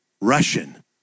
Russian